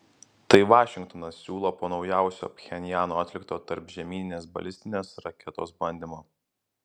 tai vašingtonas siūlo po naujausio pchenjano atlikto tarpžemyninės balistinės raketos bandymo